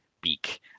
beak